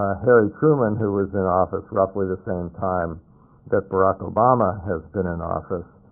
ah harry truman, who was in office roughly the same time that barack obama has been in office,